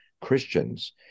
Christians